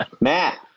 Matt